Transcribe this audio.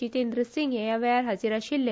जितेंद्र सिंग हे ह्या वेळार हाजिर आशिल्ले